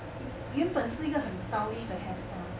原本是一个很 stylish 的 hairstyle